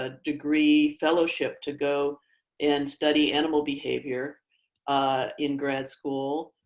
ah degree fellowship to go and study animal behavior in grad school.